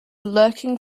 lurking